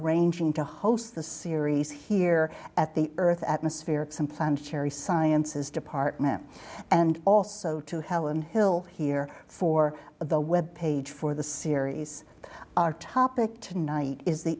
arranging to host the series here at the earth's atmosphere some planetary sciences department and also to helen hill here for the web page for the series our topic tonight is the